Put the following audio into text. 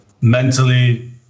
mentally